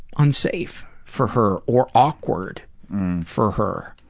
unsafe for her or awkward for her.